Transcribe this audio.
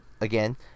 again